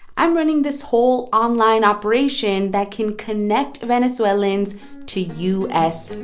i'm running this whole online operation that can connect venezuelans to u s. and